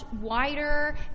wider